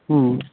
হুম